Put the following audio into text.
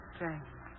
Strange